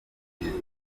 mubyizi